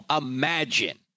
imagine